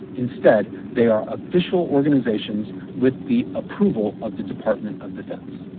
instead, they are official organizations with the approval of the department of defense.